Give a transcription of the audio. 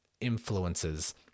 influences